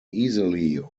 easily